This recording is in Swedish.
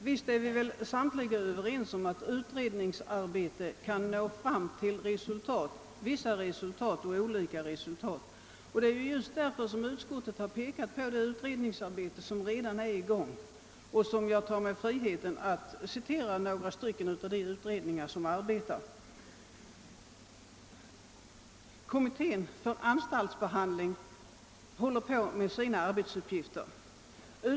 Herr talman! Visst är vi alla överens om att utredningsarbete kan ge vissa resultat. Det är också anledningen till att utskottet pekat på det utredningsarbete som redan pågår, och jag skall nämna några av de utredningar som arbetar. Kommittén för anstaltsbehandling inom kriminalvården arbetar med sina uppgifter.